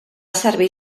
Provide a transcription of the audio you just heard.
servir